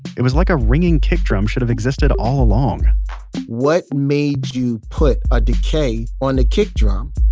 it was like a ringing kick drum should have existed all along what made you put a decay on the kick drum?